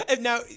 Now